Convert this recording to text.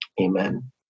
Amen